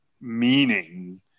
meaning